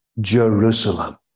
Jerusalem